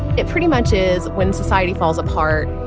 it pretty much is when society falls apart,